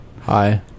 Hi